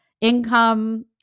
income